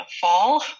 fall